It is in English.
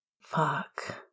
Fuck